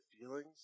feelings